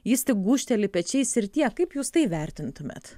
jis tik gūžteli pečiais ir tiek kaip jūs tai vertintumėt